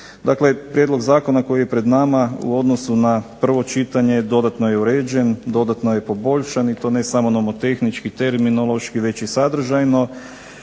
Dakle, prijedlog zakona koji je pred nama u odnosu na prvo čitanje dodatno je uređen, dodatno je poboljšan i to ne samo nomotehnički, terminološki već i sadržajno.